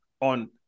on